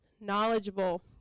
Knowledgeable